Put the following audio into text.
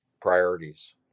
priorities